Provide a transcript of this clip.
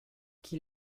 qui